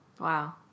Wow